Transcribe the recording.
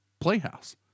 playhouse